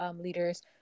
leaders